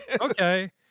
Okay